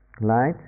light